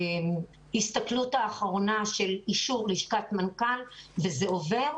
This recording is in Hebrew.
הסתכלות אחרונה של אישור לשכת מנכ"ל וזה עובר.